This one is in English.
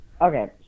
Okay